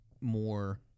more